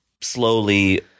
slowly